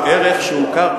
זהו ערך שהוכר,